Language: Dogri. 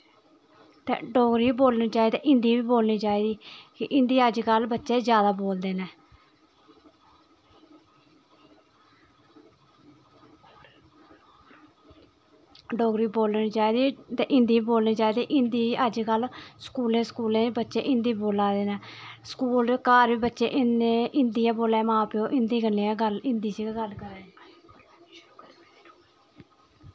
डोगरी बी बोलनी चाही दी ते हिन्दी बी बोलनी चाही दी हिन्दी अजकल बच्चे जादा बोलदे नै जोगरी बोलनी चाही दी ते हिन्दी बी बोलनी चाही दी हिन्दी अजकल स्कूलें च हिन्दी बोल्ला दे नै स्कूल घर बच्चे हिन्दी गै बोल्ला दे नै मां प्यो हिन्दी च गै गल्ल करा दे ऐ